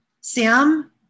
Sam